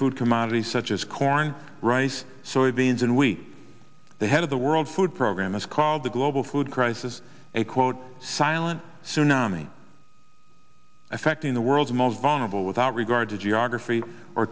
food commodities such as corn rice soybeans and we the head of the world food program is called the global food crisis a quote silent tsunami affecting the world's most vulnerable without regard to geography or